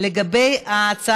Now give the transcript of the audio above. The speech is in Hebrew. (תיקון מס'